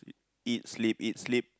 eat sleep eat sleep